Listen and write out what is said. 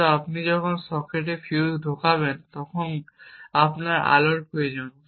কিন্তু আপনি যখন সকেটে ফিউজ ঢোকাবেন তখন আপনার আলোর প্রয়োজন